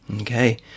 Okay